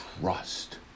trust